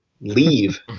leave